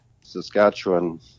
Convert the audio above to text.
Saskatchewan